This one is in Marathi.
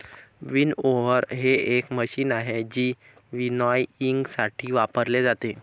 विनओव्हर हे एक मशीन आहे जे विनॉयइंगसाठी वापरले जाते